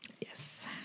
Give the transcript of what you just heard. Yes